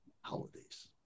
holidays